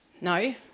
No